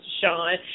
Sean